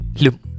Lum